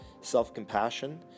self-compassion